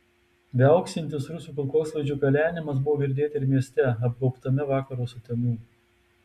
viauksintis rusų kulkosvaidžių kalenimas buvo girdėti ir mieste apgaubtame vakaro sutemų